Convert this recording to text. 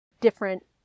different